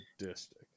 sadistic